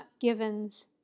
Givens